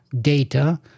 data